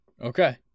Okay